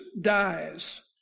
dies